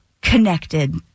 connected